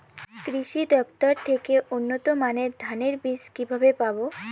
কৃষি দফতর থেকে উন্নত মানের ধানের বীজ কিভাবে পাব?